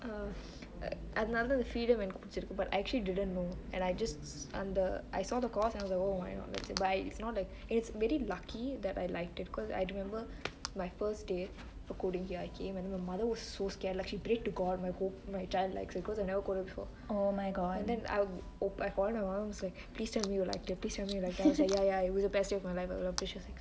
another freedom but I actually didn't know and I just under I saw the course and I was like oh my god that's it and it's really lucky that I liked it because I remember my first day for coding here I came and my mother was so scared like she prayed to god my child likes it beause I never coded before and then I called my mum please tell me you liked it please tell me you liked it I say ya ya it was the best day of my life then she's like